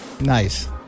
Nice